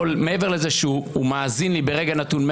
מעבר לזה שהוא מאזין לי ברגע נתון,